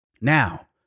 now